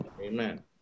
Amen